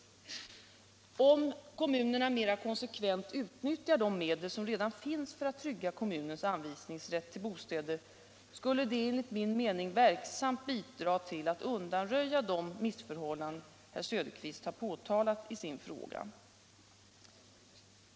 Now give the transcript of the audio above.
Om kommunerna mer konsekvent utnyttjar de medel som redan finns för att trygga kommunernas anvisningsrätt till bostäder, skulle detta en 15 förhindra att bostadsföretag utestänger vissa bostadssökande ligt min mening verksamt bidra till att undanröja de missförhållanden som herr Söderqvist har påtalat i sin fråga.